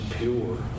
pure